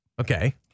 Okay